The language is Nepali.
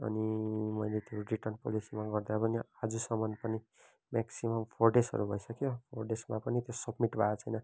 अनि मैले त्यो रिटर्न पोलिसीमा गर्दा पनि अझैसम्म पनि म्याक्सिमम् फोर डेजहरू भइसक्यो फोर डेजमा पनि त्यो सबमिट भएको छैन